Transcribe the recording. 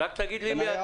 מי אתה?